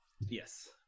Yes